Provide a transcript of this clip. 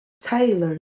Taylor